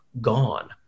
gone